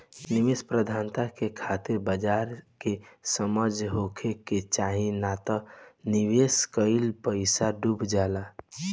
निवेश प्रबंधन के खातिर बाजार के समझ होखे के चाही नात निवेश कईल पईसा डुब जाला